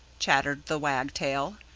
chattered the wagtail.